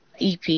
EP